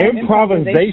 Improvisation